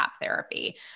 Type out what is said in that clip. therapy